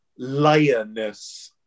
layerness